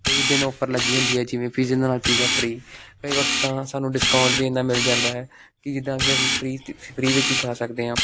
ਕਈ ਦਿਨ ਔਫਰ ਲੱਗੀ ਹੁੰਦੀ ਹੈ ਜਿਵੇਂ ਪੀਜ਼ੇ ਦੇ ਨਾਲ ਪੀਜ਼ਾ ਫ੍ਰੀ ਕਈ ਵਕਤ ਤਾਂ ਸਾਨੂੰ ਡਿਸਕਾਊਂਟ ਵੀ ਇੰਨਾ ਮਿਲ ਜਾਂਦਾ ਹੈ ਕਿ ਜਿੱਦਾਂ ਕਿ ਅਸੀਂ ਫ੍ਰੀ 'ਚ ਫ੍ਰੀ ਵਿੱਚ ਹੀ ਖਾ ਸਕਦੇ ਹਾਂ